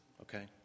Okay